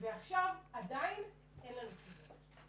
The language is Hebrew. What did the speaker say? ועכשיו עדיין אין לנו תשובות.